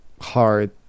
hard